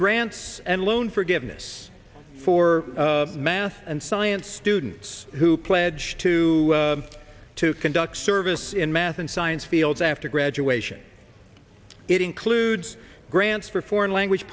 grants and loan forgiveness for math and science students who pledge to to conduct service in math and science fields after graduation it includes grants for foreign language